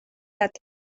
bat